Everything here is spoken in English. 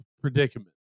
predicament